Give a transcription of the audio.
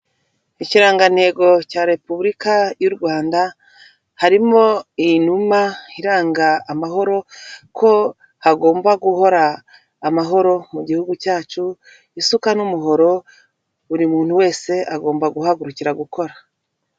Ikirangantego cya repubulika y'u Rwanda harimo inuma iranga amahoro, ko hagomba guhora amahoro mu gihugu cyacu, isuka n'umuhoro buri muntu wese agomba guhagurukira gukora.